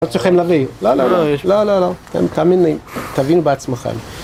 אני לא רוצה לכם להביא, לא לא לא, תאמין בעצמכם